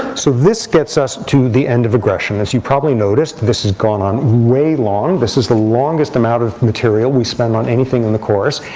so this gets us to the end of aggression. as you probably noticed, this has gone on way long. this is the longest amount of material we spend on anything in the course.